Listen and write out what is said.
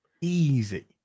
easy